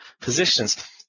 positions